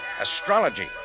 Astrology